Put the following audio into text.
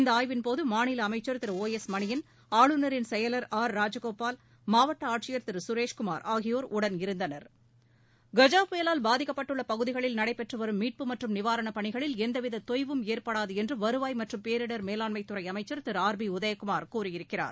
இந்த ஆய்வின் போது மாநில அமைச்சர் திரு ஓஎஸ் மணியன் ஆளுநரின் செயலர் ஆர் ராஜகோபால் மாவட்ட ஆட்சியர் திரு சுரேஷ் குமார் ஆகியோர் உடனிருந்தனர் கஜா புயலால் பாதிக்கப்பட்டுள்ள பகுதிகளில் நடைபெற்று வரும் மீட்பு மற்றும் நிவாரணப் பணிகளில் எந்தவித தொய்வும் ஏற்படாது என்று வருவாய் மற்றும் பேரிடர் மேவாண்மைத்துறை அமைச்சர் திரு ஆர் பி உதயகுமார் கூறியிருக்கிறார்